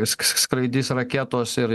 viskas skraidys raketos ir